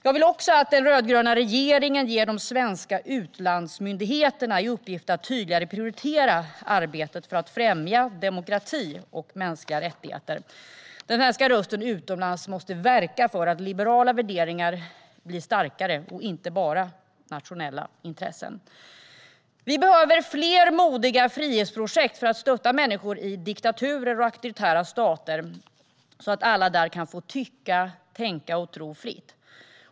Jag vill också att den rödgröna regeringen ger de svenska utlandsmyndigheterna i uppgift att tydligare prioritera arbetet för att främja demokrati och mänskliga rättigheter. Den svenska rösten utomlands måste verka för att liberala värderingar, inte bara nationella intressen, blir starkare. Vi behöver fler modiga frihetsprojekt för att stötta människor i diktaturer och auktoritära stater så att alla där kan få tycka, tänka och tro fritt.